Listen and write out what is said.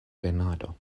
penado